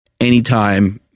anytime